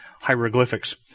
hieroglyphics